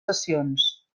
sessions